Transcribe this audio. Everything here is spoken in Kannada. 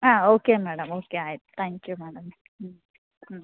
ಹಾಂ ಓಕೆ ಮ್ಯಾಡಮ್ ಓಕೆ ಆಯ್ತು ತ್ಯಾಂಕ್ ಯು ಮ್ಯಾಡಮ್ ಹ್ಞೂ ಹ್ಞೂ